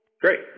Great